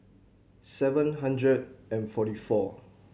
seven hundred and forty four